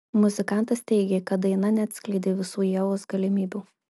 muzikantas teigė kad daina neatskleidė visų ievos galimybių